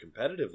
competitively